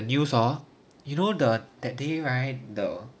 the news hor you know the that day right the